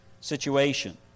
situation